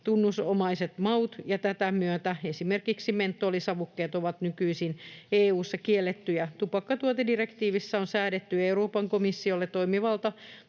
tunnusomaiset maut, ja tätä myötä esimerkiksi mentolisavukkeet ovat nykyisin EU:ssa kiellettyjä. Tupakkatuotedirektiivissä on säädetty Euroopan komissiolle toimivalta